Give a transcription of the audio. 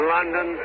London